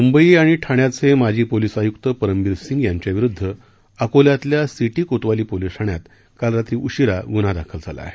मुंबई आणि ठाण्याचे माजी पोलीस आयुक्त परमबीर सिंग यांच्याविरुदध अकोल्यातल्या सिटी कोतवाली पोलिस ठाण्यात काल रात्री उशिरा गुन्हा दाखल झाला आहे